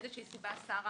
אם מאיזושהי סיבה שאין